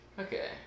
Okay